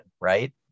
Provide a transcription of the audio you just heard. right